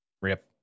Rip